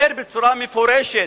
אומר בצורה מפורשת: